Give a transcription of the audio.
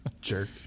Jerk